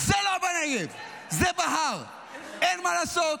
זה לא בנגב, זה בהר, אין מה לעשות.